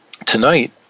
Tonight